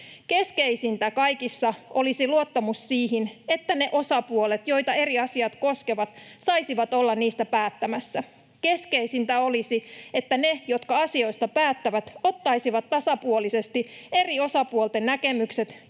Keskeisintä kaikessa olisi luottamus siihen, että ne osapuolet, joita eri asiat koskevat, saisivat olla niistä päättämässä. Keskeisintä olisi, että ne, jotka asioista päättävät, ottaisivat tasapuolisesti eri osapuolten näkemykset ja